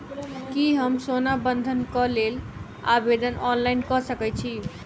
की हम सोना बंधन कऽ लेल आवेदन ऑनलाइन कऽ सकै छी?